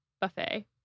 buffet